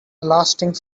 lasting